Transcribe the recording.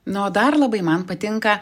na o dar labai man patinka